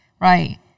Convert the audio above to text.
Right